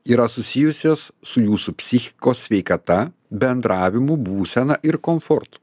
yra susijusios su jūsų psichikos sveikata bendravimu būsena ir komfortu